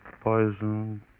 poison